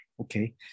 okay